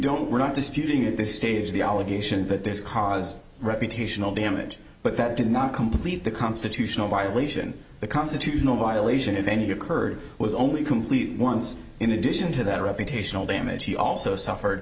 don't we're not disputing at this stage the allegations that this cause reputational damage but that did not complete the constitutional violation the constitutional violation if any occurred was only complete once in addition to that reputational damage he also suffered